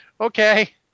Okay